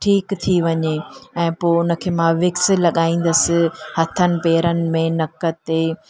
ठीकु थी वञे ऐं पोइ उनखे मां विक्स लॻाईंदसि हथनि पेरनि में नक ते